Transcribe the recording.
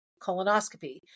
colonoscopy